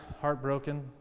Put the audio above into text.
heartbroken